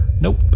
Nope